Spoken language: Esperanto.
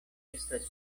estas